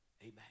Amen